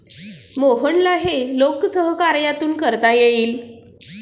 मोहनला हे लोकसहकार्यातून करता येईल